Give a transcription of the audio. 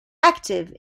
active